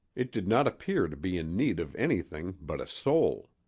it did not appear to be in need of anything but a soul.